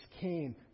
came